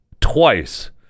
twice